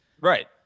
Right